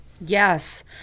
yes